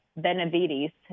Benavides